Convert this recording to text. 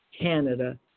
Canada